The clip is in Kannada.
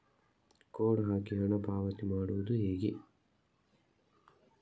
ಕೋಡ್ ಹಾಕಿ ಹಣ ಪಾವತಿ ಮಾಡೋದು ಹೇಗೆ?